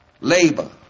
Labor